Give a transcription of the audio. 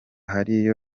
hariyo